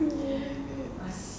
lagi dua minit